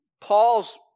Paul's